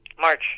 March